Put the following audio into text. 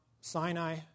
Sinai